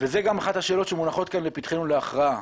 וזה גם אחת השאלות שמונחות לפתחנו להכרעה.